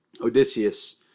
Odysseus